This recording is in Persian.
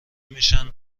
میشن